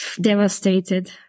devastated